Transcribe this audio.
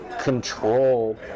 control